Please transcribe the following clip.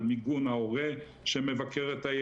על מיגון ההורה שמבקר את הילד.